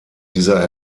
dieser